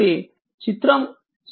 కాబట్టి చిత్రం 6